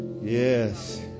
Yes